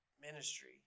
ministry